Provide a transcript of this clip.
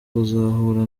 kuzahura